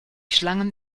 schlangen